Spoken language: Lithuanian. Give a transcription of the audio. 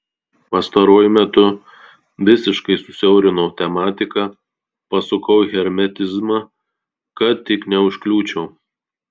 pastaruoju metu visiškai susiaurinau tematiką pasukau į hermetizmą kad tik neužkliūčiau